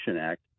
Act